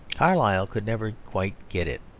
carlyle could never quite get it,